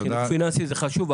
חינוך פיננסי זה חשוב,